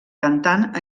cantant